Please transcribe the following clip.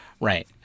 Right